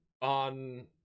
on